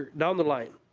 down the line.